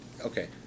okay